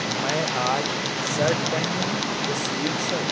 میں آج شرٹ پہنوں یا سویٹ شرٹ